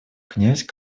князь